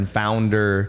founder